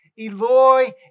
Eloi